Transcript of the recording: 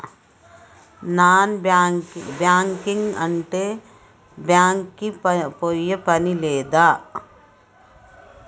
Non banking అంటే bank కి పోయే పని లేదా?